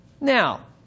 Now